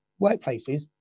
Workplaces